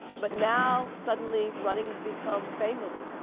but now suddenly running had become famous,